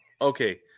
Okay